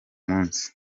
munsi